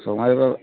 সময়ে তো